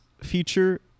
feature